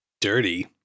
Dirty